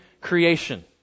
creation